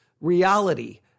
reality